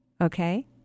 Okay